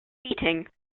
beating